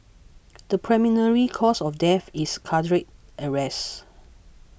the preliminary cause of death is cardiac arrest